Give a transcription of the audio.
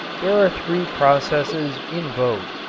there are three processes in vogue.